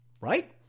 Right